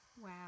Wow